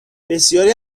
بسیاری